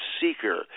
seeker